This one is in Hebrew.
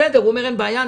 הוא אמר: אין בעיה.